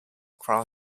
crown